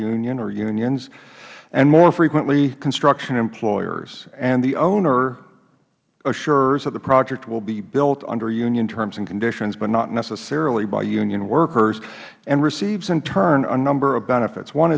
union or unions and more frequently construction employers and the owner assures that the project will be built under union terms and conditions but not necessarily by union workers and receives in turn a number of benefits